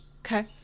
Okay